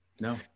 No